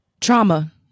Trauma